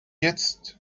jetzt